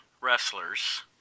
wrestlers